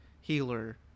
healer